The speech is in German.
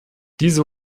diese